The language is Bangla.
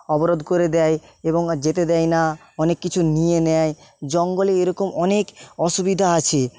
অবরোধ করে দেয় এবং আর যেতে দেয় না অনেক কিছু নিয়ে নেয় জঙ্গলে এরকম অনেক অসুবিধা আছে